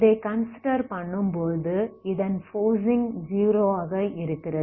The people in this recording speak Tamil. இதை கன்சிடர் பண்ணும்போதுஇதன் ஃபோர்ஸிங் 0 ஆக இருக்கிறது